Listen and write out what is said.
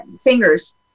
Fingers